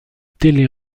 télé